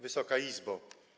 Wysoka Izbo!